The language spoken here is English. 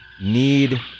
need